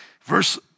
Verse